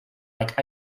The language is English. like